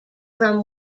from